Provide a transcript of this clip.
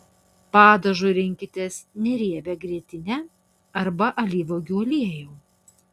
padažui rinkitės neriebią grietinę arba alyvuogių aliejų